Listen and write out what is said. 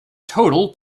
total